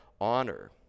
honor